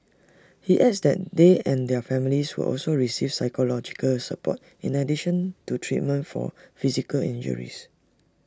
he adds that they and their families will also receive psychological support in addition to treatment for physical injuries